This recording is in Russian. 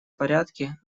порядке